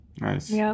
Nice